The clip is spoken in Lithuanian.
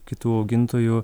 kitų augintojų